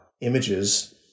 images